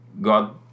God